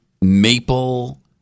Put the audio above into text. maple